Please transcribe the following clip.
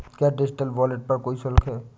क्या digital wallet पर कोई शुल्क है?